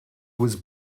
was